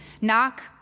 Knock